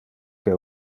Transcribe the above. que